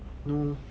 no